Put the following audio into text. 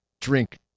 drink